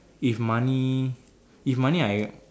if money if money I